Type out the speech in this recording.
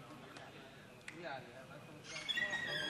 אין מתנגדים ואין נמנעים.